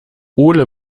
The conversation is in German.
ole